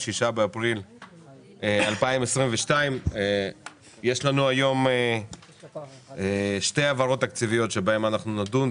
6 באפריל 2022. יש לנו היום שתי העברות תקציביות שבהן נדון,